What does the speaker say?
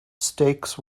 stakes